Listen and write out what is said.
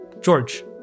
George